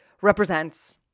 represents